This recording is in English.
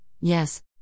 yes